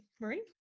Marie